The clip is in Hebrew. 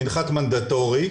מנחת מנדטורי,